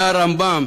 מהרמב"ם